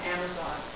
Amazon